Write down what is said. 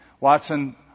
Watson